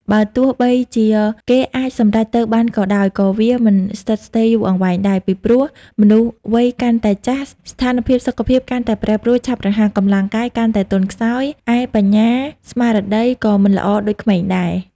បើទោះបីជាគេអាចសម្រេចទៅបានក៏ដោយ ក៏វាមិនស្ថិតស្ថេរយូរអង្វែងដែរ ពីព្រោះ មនុស្សវ័យកាន់តែចាស់ស្ថានភាពសុខភាពកាន់តែប្រែប្រួលឆាប់រហ័ស កម្លាំងកាយកាន់តែទន់ខ្សោយ ឯបញ្ញា ស្មារតី ក៏មិនល្អដូចក្មេងដែរ។